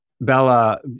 Bella